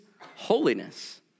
holiness